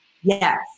yes